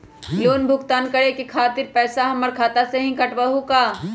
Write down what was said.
Loan भुगतान करे के खातिर पैसा हमर खाता में से ही काटबहु का?